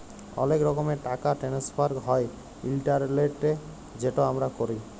অলেক রকমের টাকা টেনেসফার হ্যয় ইলটারলেটে যেট আমরা ক্যরি